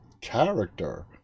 character